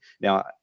Now